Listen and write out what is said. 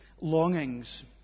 longings